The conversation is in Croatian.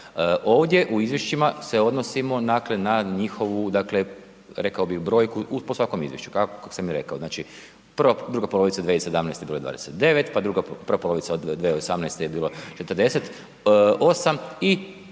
Ovdje u izvješćima se odnosimo, dakle, na njihovu, dakle, rekao bih brojku po svakom izvješću, kako sam i rekao, znači, prva, druga polovica 2017.g. broj 29, pa druga, prva polovica od 2018. je bilo 48 i